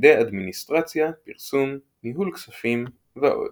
תפקידי אדמיניסטרציה, פרסום, ניהול כספים ועוד.